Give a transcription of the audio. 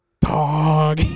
dog